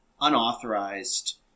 unauthorized